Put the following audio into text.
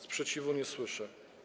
Sprzeciwu nie słyszę.